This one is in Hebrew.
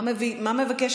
מה מבקש,